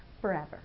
forever